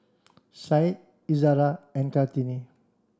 Syed Izzara and Kartini